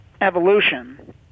evolution